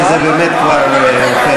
כי זה באמת כבר הופך,